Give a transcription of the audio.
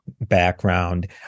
background